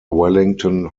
wellington